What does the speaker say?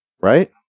right